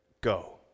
go